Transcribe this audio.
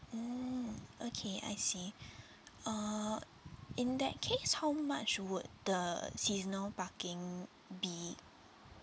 mm okay I see uh in that case how much would the seasonal parking be